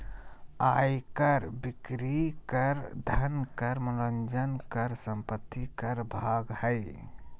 आय कर, बिक्री कर, धन कर, मनोरंजन कर, संपत्ति कर भाग हइ